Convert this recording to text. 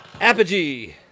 Apogee